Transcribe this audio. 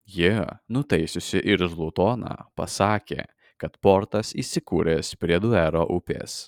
ji nutaisiusi irzlų toną pasakė kad portas įsikūręs prie duero upės